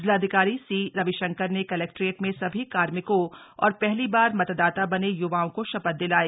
जिलाधिकारी सी रविशंकर ने कलेक्ट्रेट में सभी कार्मिकों और पहली बार मतदाता बनें य्वाओं को शपथ दिलाई